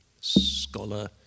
scholar